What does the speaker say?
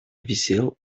висел